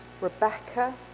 Rebecca